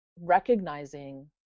recognizing